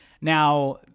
Now